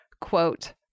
quote